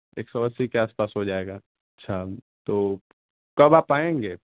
एक सौ अस्सी के आस पास हो जाएगा अच्छा तो कब आप आएँगे